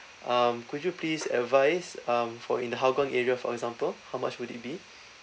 um could you please advise um for in the hougang area for example how much would it be